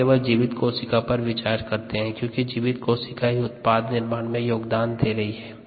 हम केवल जीवित कोशिका पर विचार करते है क्योंकि जीवित कोशिका ही उत्पाद निर्माण में योगदान दे रही हैं